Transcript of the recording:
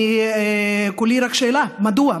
אני, רק שאלה: מדוע?